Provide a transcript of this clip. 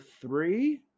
three